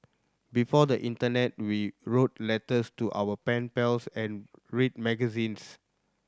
before the internet we wrote letters to our pen pals and read magazines